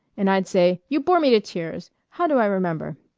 and i'd say you bore me to tears. how do i remember?